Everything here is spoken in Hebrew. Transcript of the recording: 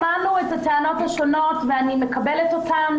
שמענו את הטענות השונות ואני מקבלת אותן,